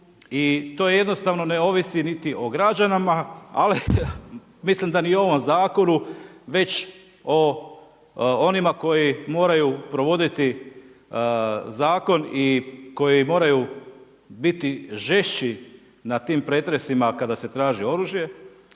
I to jednostavno ne ovisi niti o građanima, ali mislim da ni ovom zakonu već o onima koji moraju provoditi zakon i koji moraju biti žešći na tim pretresima kada se traži oružje.